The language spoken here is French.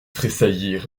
tressaillir